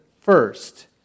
first